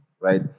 right